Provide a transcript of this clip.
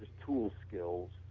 tool skills,